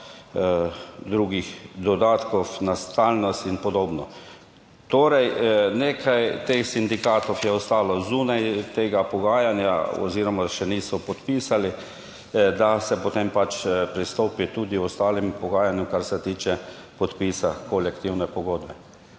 drugih dodatkov na stalnost in podobno. Torej nekaj teh sindikatov je ostalo zunaj tega pogajanja oziroma še niso podpisali, da se potem pristopi tudi k ostalim pogajanjem, kar se tiče podpisa kolektivne pogodbe.